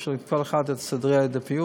יש לכל אחד את סדרי העדיפויות,